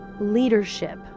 Leadership